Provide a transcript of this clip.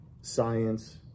science